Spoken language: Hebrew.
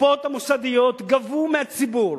הקופות המוסדיות גבו מהציבור